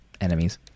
Enemies